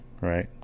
right